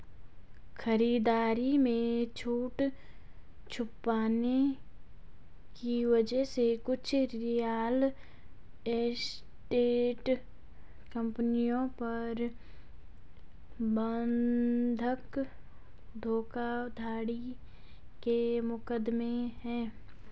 खरीदारी में छूट छुपाने की वजह से कुछ रियल एस्टेट कंपनियों पर बंधक धोखाधड़ी के मुकदमे हैं